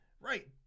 right